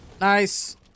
Nice